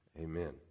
Amen